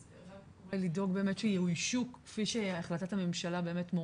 לדאוג באמת שיאוישו כפי שהחלטת הממשלה באמת מורה,